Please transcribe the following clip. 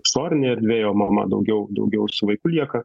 išorinėj erdvėj o mama daugiau su vaiku lieka